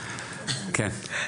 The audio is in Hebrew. כן.